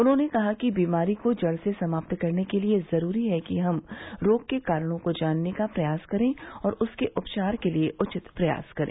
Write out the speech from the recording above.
उन्होंने कहा कि बीमारी को जड़ से समाप्त करने के लिए जरूरी है कि हम रोग के कारणों को जानन का प्रयास करें और उसके उपचार के लिए उचित प्रयास करें